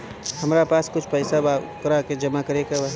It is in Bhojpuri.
हमरा पास कुछ पईसा बा वोकरा के जमा करे के बा?